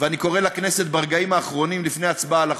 ואני קורא לכנסת ברגעים האחרונים לפני ההצבעה על החוק: